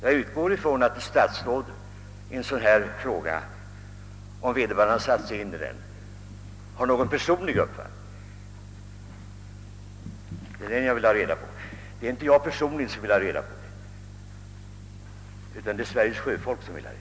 Jag utgår ifrån att ett statsråd i en sådan här fråga, om han satt sig in i den, har någon personlig uppfattning. Det är den som Sveriges sjöfolk — inte jag — vill ha reda på.